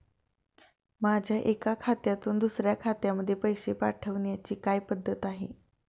माझ्या एका खात्यातून दुसऱ्या खात्यामध्ये पैसे पाठवण्याची काय पद्धत आहे?